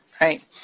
Right